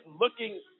looking